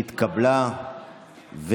התקבלה,